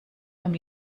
beim